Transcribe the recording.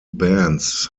bands